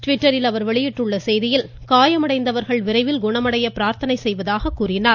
ட்விட்டரில் அவர் வெளியிட்டுள்ள செய்தியில் காயமடைந்தவர்கள் விரைவில் குணமடைய பிரார்த்தனை செய்வதாக அவர் கூறியுள்ளார்